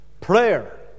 Prayer